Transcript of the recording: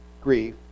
grief